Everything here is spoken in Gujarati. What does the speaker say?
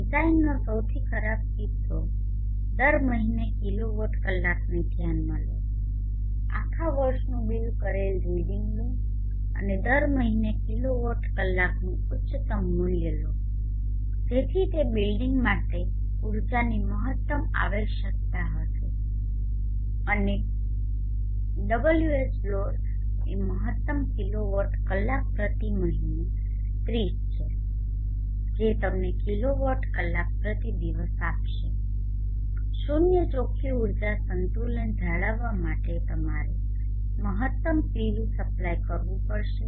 ડિઝાઇનનો સૌથી ખરાબ કિસ્સો દર મહીને કિલોવોટ કલાકને ધ્યાનમાં લો આખા વર્ષનુ બીલ કરેલ રીડીંગ લો અને દર મહિને કિલોવોટ કલાકનું ઉચ્ચતમ મૂલ્ય લો જેથી તે બિલ્ડિંગ માટે ઊર્જાની મહત્તમ આવશ્યકતા હશે અને Whload એ મહત્તમ કિલોવોટ કલાક પ્રતિ મહિનો30 છે જે તમને કિલોવોટ કલાક પ્રતિ દિવસ આપશે શૂન્ય ચોખ્ખી ઊર્જા સંતુલન જાળવવા માટે તમારે મહત્તમ PV સપ્લાય કરવું પડશે